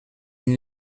une